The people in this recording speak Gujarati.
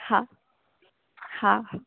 હા હા